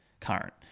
current